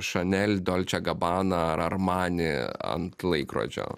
šanel dolče gabana ar armani ant laikrodžio